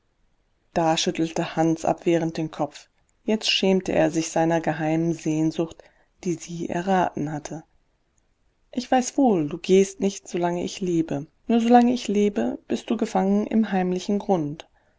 da schüttelte hans abwehrend den kopf jetzt schämte er sich seiner geheimen sehnsucht die sie erraten hatte ich weiß wohl du gehst nicht solange ich lebe nur solange ich lebe bist du gefangen im heimlichen grund